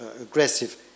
aggressive